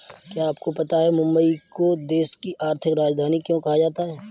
क्या आपको पता है मुंबई को देश की आर्थिक राजधानी क्यों कहा जाता है?